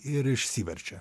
ir išsiverčia